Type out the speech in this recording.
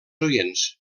oients